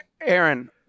Aaron